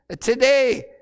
Today